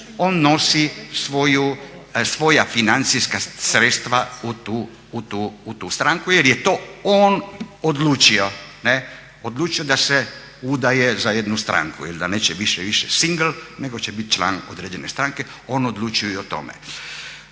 on nosi svoju, svoja financijska sredstva u tu stranku jer je to on odlučio, odlučio da se udaje za jednu stranku ili da neće više bit single nego će biti član određene stranke, on odlučuje o tome.